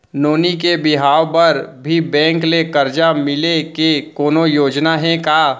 नोनी के बिहाव बर भी बैंक ले करजा मिले के कोनो योजना हे का?